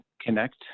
connect